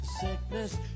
sickness